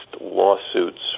lawsuits